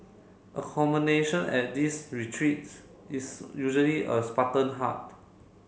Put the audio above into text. accommodation at these retreats is usually a spartan hut